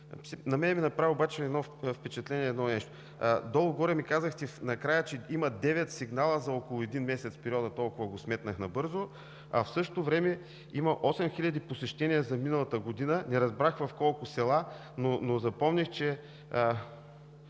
на мен ми направи впечатление едно нещо. Долу-горе ми казахте накрая, че има девет сигнала за около един месец в периода – толкова го сметнах набързо, а в същото време има 8 хиляди посещения за миналата година – не разбрах в колко села, но запомних, че